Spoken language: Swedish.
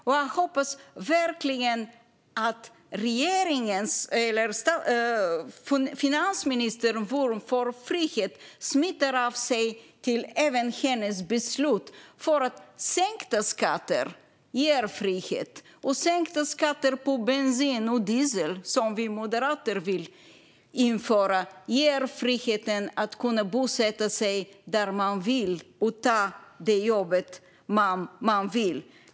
Jag hoppas verkligen att finansministerns vurm för frihet smittar av sig även till hennes beslut, för sänkta skatter ger frihet. Sänkta skatter på bensin och diesel, som vi moderater vill genomföra, ger friheten att kunna bosätta sig där man vill och ta det jobb som man vill ha.